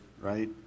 right